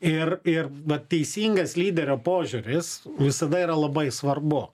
ir ir vat teisingas lyderio požiūris visada yra labai svarbu